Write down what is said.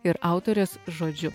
ir autorės žodžiu